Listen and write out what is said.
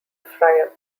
friar